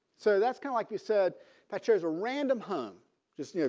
so that's kind like you said that shows a random home just yeah